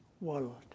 world